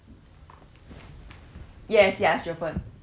yes ya